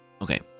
Okay